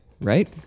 right